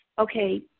okay